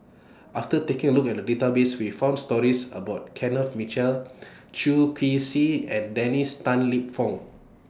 after taking A Look At The Database We found stories about Kenneth Mitchell Chew Kee Swee and Dennis Tan Lip Fong